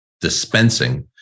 dispensing